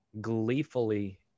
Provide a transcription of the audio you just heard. gleefully